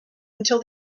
until